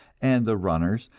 and the runners,